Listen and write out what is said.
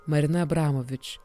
marina abramovič